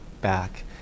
back